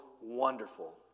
wonderful